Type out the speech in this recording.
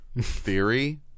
theory